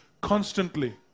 constantly